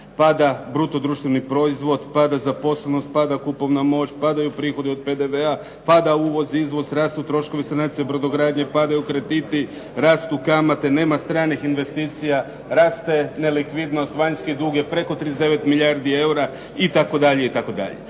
Pada bruto društveni proizvod, pada zaposlenost, pada kupovna moć, padaju prihodi od PDV-a, pada uvoz, izvoz, rastu troškovi sanacije brodogradnje, padaju krediti, rastu kamate, nema stranih investicija, raste nelikvidnost, vanjski dug je preko 39 milijardi eura itd.